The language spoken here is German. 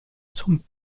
zum